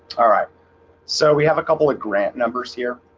all right so we have a couple of grant numbers here